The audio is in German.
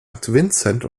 vincent